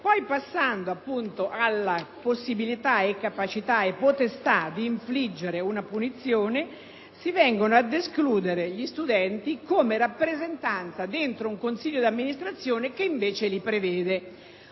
pieno, passando alla possibilità, capacità e potestà di infliggere una punizione si vengono ad escludere gli studenti come rappresentanza dentro un consiglio d'amministrazione che invece li prevede.